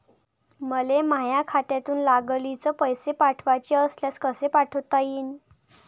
मले माह्या खात्यातून लागलीच पैसे पाठवाचे असल्यास कसे पाठोता यीन?